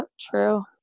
true